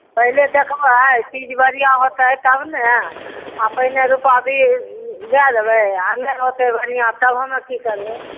पहिले देखबै चीज बढिऑं होतै तब ने आ पहिने रूपा दियै दऽ देबै आ नहि रहतै बढ़िऑं तब हमे की करबै